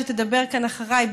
שתדבר כאן אחריי,